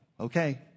Okay